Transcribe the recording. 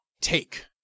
take